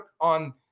on